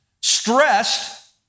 stressed